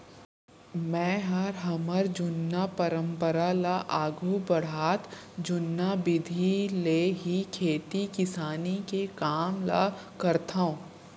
मैंहर हमर जुन्ना परंपरा ल आघू बढ़ात जुन्ना बिधि ले ही खेती किसानी के काम ल करथंव